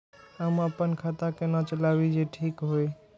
हम अपन खाता केना चलाबी जे ठीक होय?